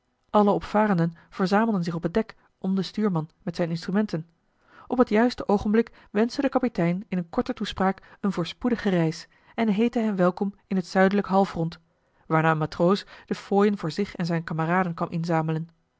alle opvarenden verzamelden zich op het dek om den stuurman met zijne instrumenten op het juiste oogenblik wenschte de kapitein in eene korte toespraak eene voorspoedige reis en heette hen welkom in t zuidelijk halfrond waarna een matroos de fooien voor zich en zijne kameraden kwam inzamelen